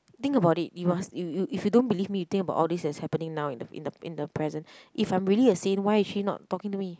think about it you must you you if you don't believe me you think about all these that's happening now in the in the in the present if I'm really a Saint why is she not talking to me